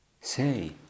say